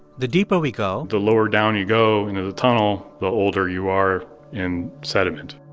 the deeper we go. the lower down you go into the tunnel, the older you are in sediment.